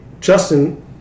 Justin